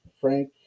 Frank